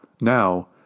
now